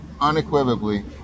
unequivocally